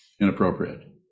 inappropriate